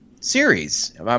series